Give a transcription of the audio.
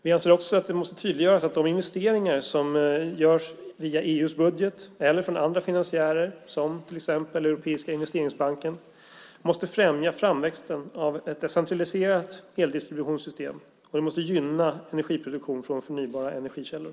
Vi anser också att det måste tydliggöras att de investeringar som görs via EU:s budget, eller via andra finansiärer - till exempel Europeiska investeringsbanken - ska främja framväxten av ett decentraliserat eldistributionssystem och också gynna energiproduktion från förnybara energikällor.